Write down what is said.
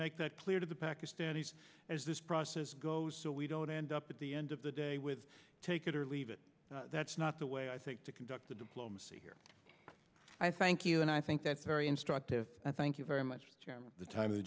make that clear to the pakistanis as this process goes so we don't end up at the end of the day with take it or leave it that's not the way i think to conduct the diplomacy here i thank you and i think that's very instructive i thank you very much